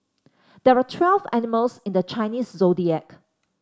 there are twelve animals in the Chinese Zodiac